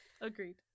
Agreed